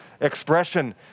expression